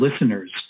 listeners